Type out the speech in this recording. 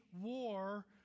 war